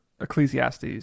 Ecclesiastes